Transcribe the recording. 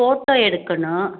photo எடுக்கணும்